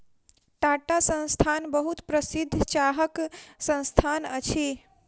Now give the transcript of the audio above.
टाटा संस्थान बहुत प्रसिद्ध चाहक संस्थान अछि